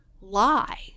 lie